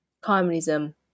Communism